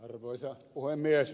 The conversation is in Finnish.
arvoisa puhemies